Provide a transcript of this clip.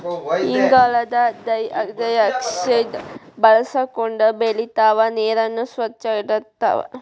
ಇಂಗಾಲದ ಡೈಆಕ್ಸೈಡ್ ಬಳಸಕೊಂಡ ಬೆಳಿತಾವ ನೇರನ್ನ ಸ್ವಚ್ಛ ಇಡತಾವ